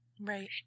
Right